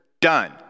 Done